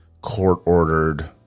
court-ordered